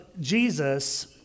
Jesus